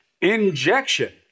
injection